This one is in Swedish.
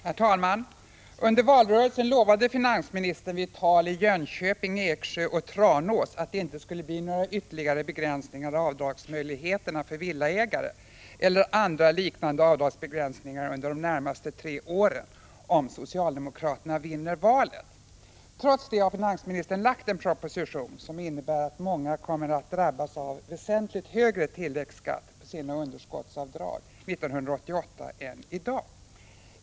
Herr talman! Under valrörelsen lovade finansministern vid tal i Jönköping, Eksjö och Tranås att det inte skulle bli några ytterligare begränsningar av avdragsmöjligheterna för villaägare eller andra liknande avdragsbegränsningar under de närmaste tre åren om socialdemokraterna vann valet. Trots det har finansministern lagt fram en proposition som innebär att många kommer att drabbas av väsentligt högre tilläggsskatt på sina underskottsavdrag 1988 än i dag.